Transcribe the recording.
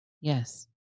Yes